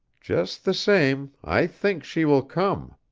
just the same, i think she will come,